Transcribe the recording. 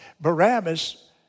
Barabbas